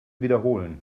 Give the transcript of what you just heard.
wiederholen